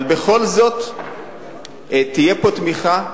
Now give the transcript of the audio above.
אבל בכל זאת תהיה פה תמיכה,